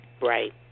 Right